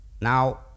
Now